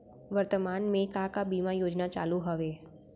वर्तमान में का का बीमा योजना चालू हवये